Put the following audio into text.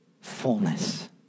fullness